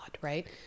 Right